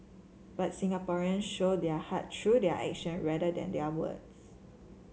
but Singaporeans show their heart through their action rather than their words